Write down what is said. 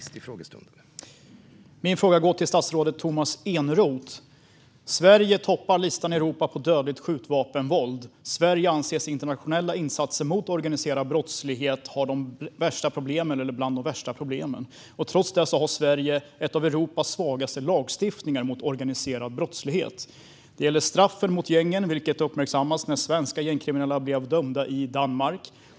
Herr talman! Min fråga går till statsrådet Tomas Eneroth. Sverige toppar listan i Europa när det gäller dödligt skjutvapenvåld. Sverige anses i internationella insatser mot organiserad brottslighet ha bland de värsta problemen. Trots det har Sverige en av Europas svagaste lagstiftningar mot organiserad brottslighet. Det gäller straffen mot gängen, vilket uppmärksammades när svenska gängkriminella blev dömda i Danmark.